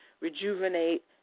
rejuvenate